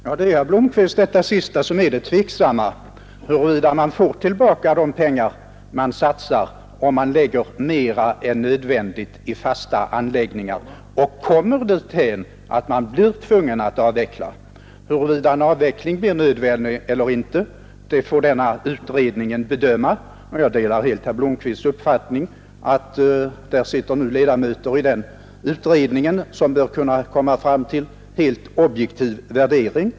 Fru talman! Det är, herr Blomkvist, detta sista som är det tveksamma, nämligen huruvida man får tillbaka de pengar man satsar om man lägger ner mer än nödvändigt i fasta anläggningar och kommer dithän att man blir tvungen att avveckla. Huruvida en avveckling blir nödvändig eller inte, det får utredningen bedöma, och jag delar helt herr Blomkvists uppfattning att där sitter ledamöter som bör komma fram till helt objektiva värderingar.